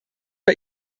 bei